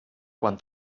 quan